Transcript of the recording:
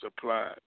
supplied